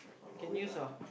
I might wait lah